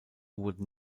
wurden